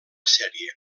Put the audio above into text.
sèrie